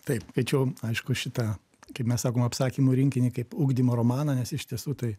taip tai čia jau aišku šita kaip mes sakom apsakymų rinkinį kaip ugdymo romaną nes iš tiesų tai